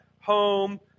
home